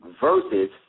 versus